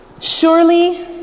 Surely